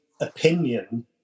opinion